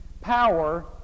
Power